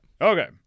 Okay